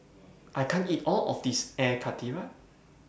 I can't eat All of This Air Karthira